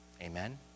Amen